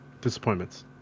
disappointments